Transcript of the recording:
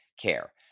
care